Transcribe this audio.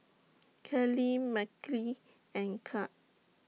Kalie Mickie and Kirk